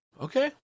Okay